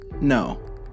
no